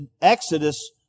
exodus